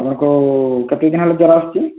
ଆପଣଙ୍କୁ କେତେ ଦିନ ହେଲା ଜ୍ୱର ଆସୁଛି